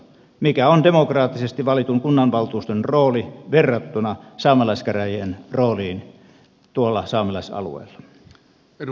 mikä on demokraattisesti valitun kunnanvaltuuston rooli verrattuna saamelaiskäräjien rooliin noilla saamelaisalueilla